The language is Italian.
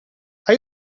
hai